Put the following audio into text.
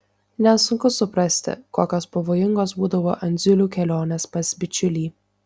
nesunku suprasti kokios pavojingos būdavo andziulių kelionės pas bičiulį